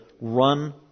run